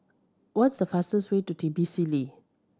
what's the fastest way to Tbilisily